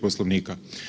Poslovnika.